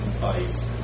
fights